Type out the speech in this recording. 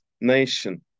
nation